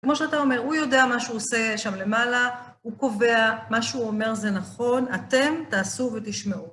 כמו שאתה אומר, הוא יודע מה שהוא עושה שם למעלה, הוא קובע מה שהוא אומר זה נכון, אתם תעשו ותשמעו.